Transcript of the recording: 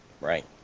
right